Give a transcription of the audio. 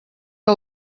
que